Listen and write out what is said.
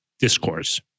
discourse